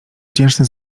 wdzięczny